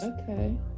Okay